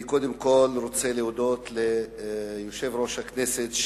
אני קודם כול רוצה להודות ליושב-ראש הכנסת,